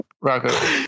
Rocco